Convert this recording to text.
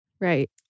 Right